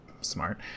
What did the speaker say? smart